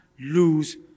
lose